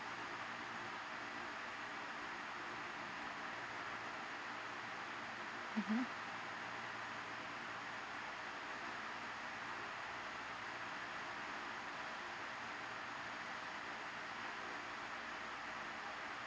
mmhmm